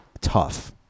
tough